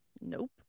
nope